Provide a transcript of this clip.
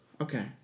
Okay